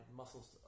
muscles